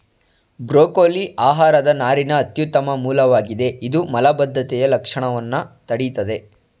broccoli ಆಹಾರದ ನಾರಿನ ಅತ್ಯುತ್ತಮ ಮೂಲವಾಗಿದೆ ಇದು ಮಲಬದ್ಧತೆಯ ಲಕ್ಷಣವನ್ನ ತಡಿತದೆ